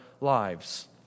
lives